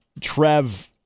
Trev